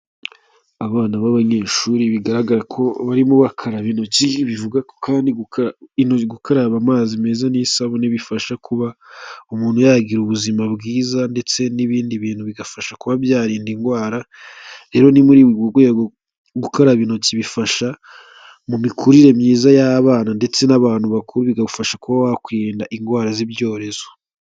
Abana b'abanyeshuri bigaragara ko barimo bakaraba intoki, bivuga kandi gukaraba amazi meza n'isabune bifasha kuba umuntu yagira ubuzima bwiza ndetse n'ibindi bintu bigafasha kuba byarinda indwara, rero ni muri uru rwego gukaraba intoki bifasha mu mikurire myiza y'abana ndetse n'abantu bakuru, bikagufasha kuba wakwirinda indwara z'ibyorezo.